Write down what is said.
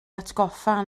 atgoffa